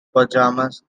pajamas